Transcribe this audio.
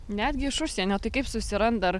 netgi iš užsienio tai kaip susiranda ar